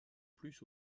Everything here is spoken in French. plus